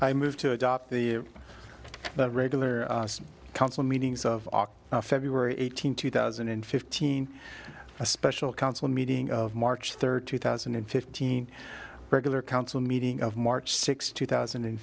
i moved to adopt the that regular council meetings of february eighteenth two thousand and fifteen a special council meeting of march third two thousand and fifteen regular council meeting of march sixth two thousand and